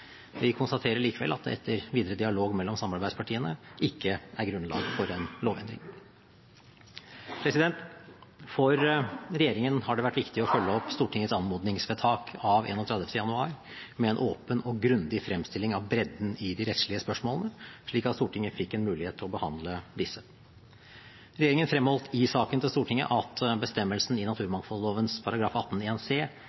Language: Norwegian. Vi konstaterer likevel at det etter videre dialog mellom samarbeidspartiene ikke er grunnlag for den lovendringen. For regjeringen har det vært viktig å følge opp Stortingets anmodningsvedtak av 31. januar med en åpen og grundig fremstilling av bredden i de rettslige spørsmålene slik at Stortinget fikk en mulighet til å behandle disse. Regjeringen fremholdt i saken til Stortinget at bestemmelsen i naturmangfoldloven § 18 første ledd bokstav c